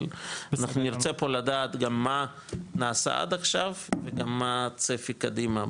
אבל אנחנו נרצה פה לדעת מה נעשה עד עכשיו וגם מה הצפי קדימה,